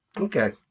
Okay